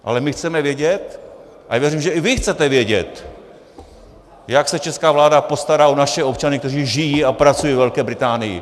Ale my chceme vědět, a věřím, že i vy chcete vědět, jak se česká vláda postará o naše občany, kteří žijí a pracují ve Velké Británii.